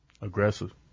Aggressive